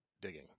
digging